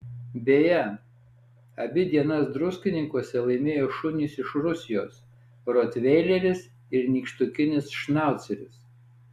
beje abi dienas druskininkuose laimėjo šunys iš rusijos rotveileris ir nykštukinis šnauceris